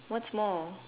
what's more